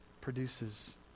produces